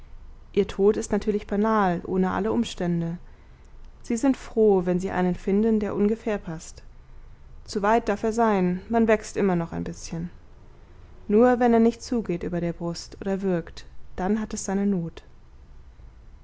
ihr tod ist natürlich banal ohne alle umstände sie sind froh wenn sie einen finden der ungefähr paßt zu weit darf er sein man wächst immer noch ein bißchen nur wenn er nicht zugeht über der brust oder würgt dann hat es seine not